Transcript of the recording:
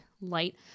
light